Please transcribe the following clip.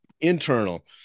internal